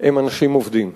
הם אנשים עובדים.